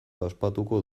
ospatuko